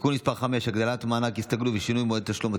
(תיקון מס' 5) (הגדלת מענק ההסתגלות ושינוי מועד התשלום),